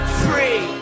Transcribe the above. free